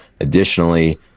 additionally